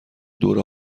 دوره